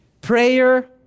Prayer